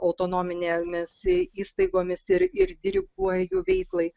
autonominėmis įstaigomis ir ir diriguoja jų veiklai